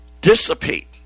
dissipate